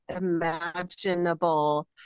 imaginable